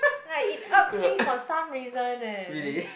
like it irks me for some reason eh